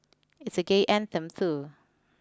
it's a gay anthem too